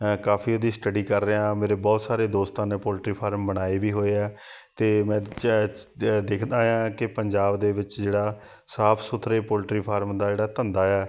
ਕਾਫੀ ਉਹਦੀ ਸਟੱਡੀ ਕਰ ਰਿਹਾ ਮੇਰੇ ਬਹੁਤ ਸਾਰੇ ਦੋਸਤਾਂ ਨੇ ਪੋਲਟਰੀ ਫਾਰਮ ਬਣਾਏ ਵੀ ਹੋਏ ਹੈ ਅਤੇ ਮੈਂ ਦੇਖਦਾ ਹੈ ਕਿ ਪੰਜਾਬ ਦੇ ਵਿੱਚ ਜਿਹੜਾ ਸਾਫ ਸੁਥਰੇ ਪੋਲਟਰੀ ਫਾਰਮ ਦਾ ਜਿਹੜਾ ਧੰਦਾ ਹੈ